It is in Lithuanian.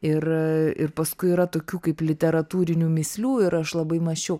ir ir paskui yra tokių kaip literatūrinių mįslių ir aš labai mąsčiau